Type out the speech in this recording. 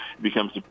becomes